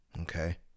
okay